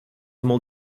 molt